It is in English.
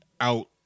out